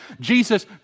Jesus